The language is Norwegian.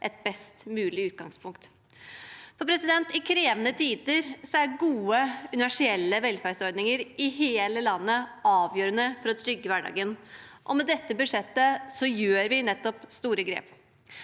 et best mulig utgangspunkt? I krevende tider er gode, universelle velferdsordninger i hele landet avgjørende for å trygge hverdagen, og med dette budsjettet gjør vi nettopp store grep.